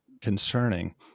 concerning